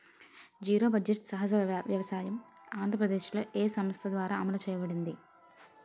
Zero budget సహజ వ్యవసాయం ఆంధ్రప్రదేశ్లో, ఏ సంస్థ ద్వారా అమలు చేయబడింది?